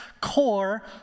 core